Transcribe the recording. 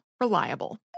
reliable